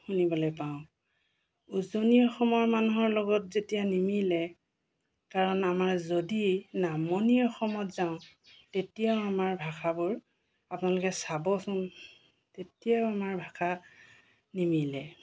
শুনিবলৈ পাওঁ উজনি অসমৰ মানুহৰ লগত যেতিয়া নিমিলে কাৰণ আমাৰ যদি নামনি অসমত যাওঁ তেতিয়াও আমাৰ ভাষাবোৰ আপোনালোকে চাবচোন তেতিয়াও আমাৰ ভাষা নিমিলে